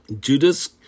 Judas